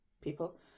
people